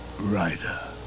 Rider